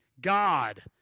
God